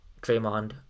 Draymond